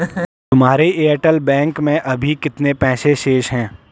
तुम्हारे Airtel bank में अभी कितने पैसे शेष हैं?